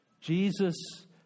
Jesus